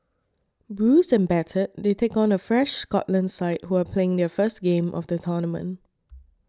bruised and battered they take on a fresh Scotland side who are playing their first game of the tournament